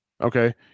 okay